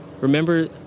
Remember